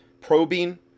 probing